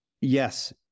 Yes